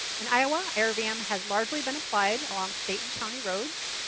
in iowa, irvm um has largely been applied along state and county roads.